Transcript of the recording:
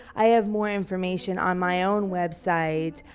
i have more information on my own website.